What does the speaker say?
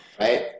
right